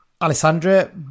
Alessandra